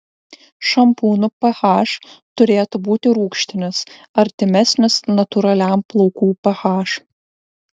šampūnų ph turėtų būti rūgštinis artimesnis natūraliam plaukų ph